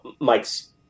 mike's